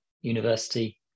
university